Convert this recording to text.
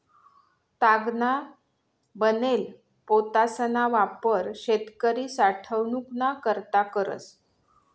तागना बनेल पोतासना वापर शेतकरी साठवनूक ना करता करस